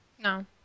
No